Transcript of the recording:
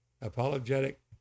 apologetic